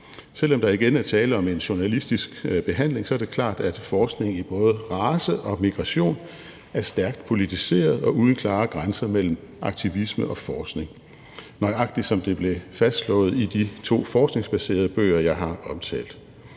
Selv om der igen er tale om en journalistisk behandling, er det klart, at forskning i både race og migration er stærkt politiseret og uden klare grænser mellem aktivisme og forskning, nøjagtig som det blev fastslået i de to forskningsbaserede bøger, jeg har omtalt.